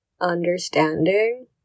understanding